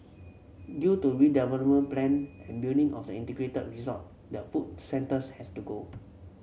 due to redevelopment plan and building of the integrated resort the food centres has to go